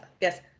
yes